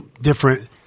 different